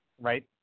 right